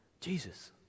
Jesus